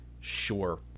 sure